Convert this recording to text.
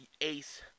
ace